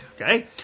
Okay